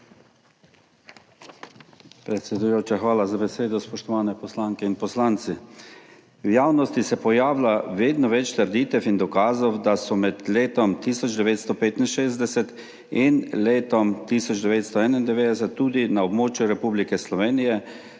Predsedujoča, hvala za besedo. Spoštovane poslanke in poslanci! V javnosti se pojavlja vedno več trditev in dokazov, da so se med letom 1965 in letom 1991 tudi na območju Republike Slovenije